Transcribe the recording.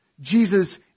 Jesus